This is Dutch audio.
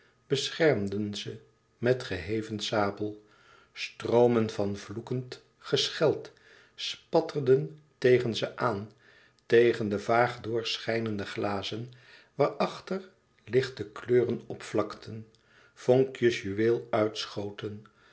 beschermden ze met geheven sabel stroomen van vloekend gescheld spatterden tegen ze aan tegen de vaag doorschijnende glazen waarachter lichte kleuren opvlakten vonkjes juweel uitschode